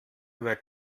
wer